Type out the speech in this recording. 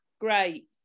Great